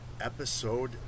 Episode